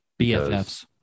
bffs